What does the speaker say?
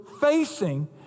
facing